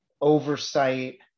oversight